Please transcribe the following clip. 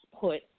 put